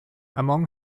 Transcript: among